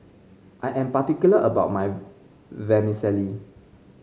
I am particular about my Vermicelli